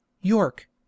York